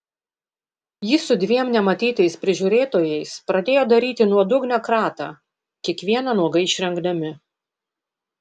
jis su dviem nematytais prižiūrėtojais pradėjo daryti nuodugnią kratą kiekvieną nuogai išrengdami